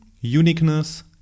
uniqueness